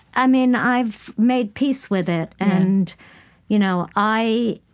i mean, i've made peace with it, and you know i